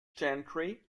gentry